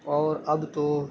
اور اب تو